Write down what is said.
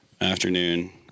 afternoon